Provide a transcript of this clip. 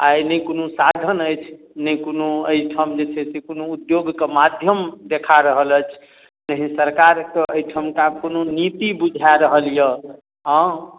आइ नहि कोनो साधन अछि नहि कोनो एहिठाम जे छै से कोनो उद्योग कऽ माध्यम देखा रहल अछि एहि सरकार कऽ एहिठमका कोनो नीति बुझाय रहल यऽ हाँ